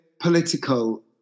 political